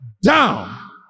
down